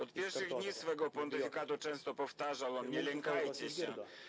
Od pierwszych dni swego pontyfikatu często powtarzał on „Nie lękajcie się”